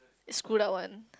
they screwed up one